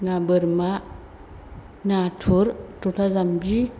ना बोरमा नाथुर थथा जाम्बि